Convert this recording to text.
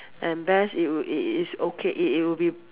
and best it will its okay it it will be